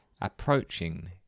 Approaching